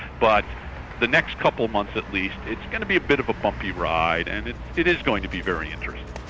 but the next couple of months at least, it's going to be a bit of a bumpy ride, and it is going to be very interesting.